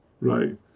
right